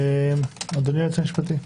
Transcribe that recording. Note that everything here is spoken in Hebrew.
אדוני היועץ המשפטי.